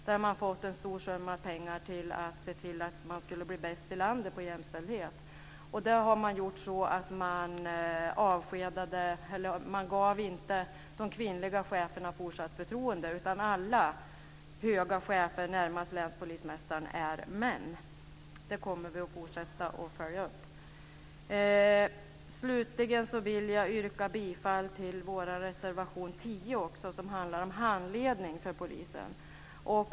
Man har där fått en stor summa pengar för att se till att bli bäst i landet på jämställdhet. Där gav man inte de kvinnliga cheferna fortsatt förtroende, utan alla höga chefer närmast länspolismästaren är män. Detta kommer vi att fortsätta följa upp. Slutligen vill jag yrka bifall till vår reservation 10, som handlar om handledning för polisen.